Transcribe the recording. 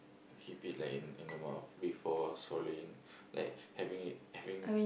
keep it like in in the mouth before swallowing like having it having